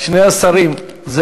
שני השרים הנכבדים,